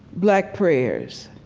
black prayers